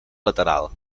lateral